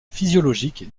physiologique